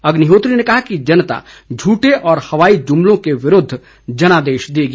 अग्निहोत्री ने कहा कि जनता झूठे व हवाई जुमलो के विरूद्व जनादेश देगी